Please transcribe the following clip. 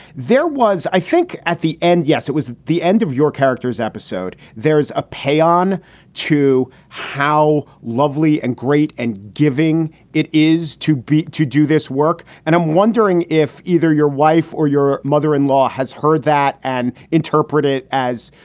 there was i think at the end, yes. it was the end of your character's episode. there's a payen to how lovely and great and giving it is to to do this work. and i'm wondering if either your wife or your mother in law has heard that and interpret it as,